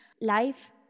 life